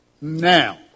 Now